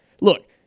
look